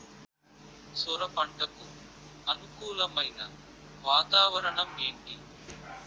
సొర పంటకు అనుకూలమైన వాతావరణం ఏంటి?